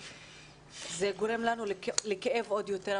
זה גורם לנו לכאב עוד יותר,